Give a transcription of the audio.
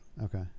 Okay